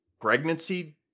pregnancy